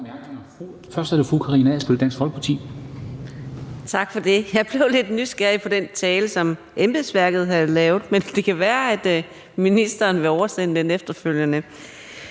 Først er det fru Karina Adsbøl, Dansk Folkeparti. Kl. 12:00 Karina Adsbøl (DF): Tak for det. Jeg blev lidt nysgerrig med hensyn til den tale, embedsværket havde lavet, men det kan være, at ministeren vil oversende den efterfølgende.